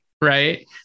right